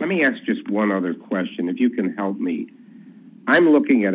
let me ask just one other question if you can help me i'm looking at